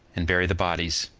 and bury the bodies